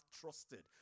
trusted